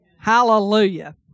Hallelujah